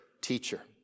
teacher